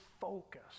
focus